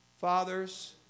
Father's